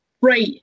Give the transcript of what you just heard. right